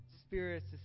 spirits